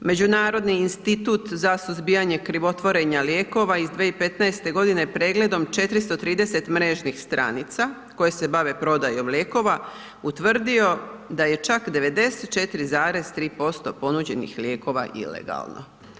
Međunarodni institut za suzbijanje krivotvorenja lijekova iz 2015.g. pregledom 430 mrežnih stranica koje se bave prodajom lijekova, utvrdio da je čak 94,3% ponuđenih lijekova ilegalno.